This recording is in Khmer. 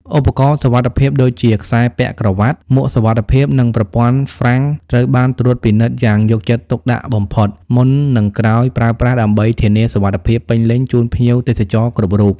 ឧបករណ៍សុវត្ថិភាពដូចជាខ្សែពាក់ក្រវ៉ាត់ មួកសុវត្ថិភាព និងប្រព័ន្ធហ្វ្រាំងត្រូវបានត្រួតពិនិត្យយ៉ាងយកចិត្តទុកដាក់បំផុតមុន និងក្រោយប្រើប្រាស់ដើម្បីធានាសុវត្ថិភាពពេញលេញជូនភ្ញៀវទេសចរគ្រប់រូប។